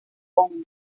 león